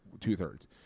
two-thirds